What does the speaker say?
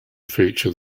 feature